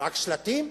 רק שלטים?